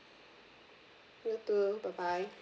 you too bye bye